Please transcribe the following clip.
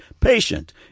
patient